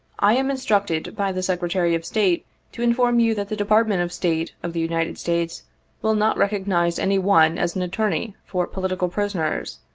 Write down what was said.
i am instructed by the secretary of state to inform you that the department of state of the united states will not recognize any one as an attorney for political prisoners,